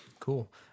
Cool